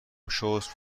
شست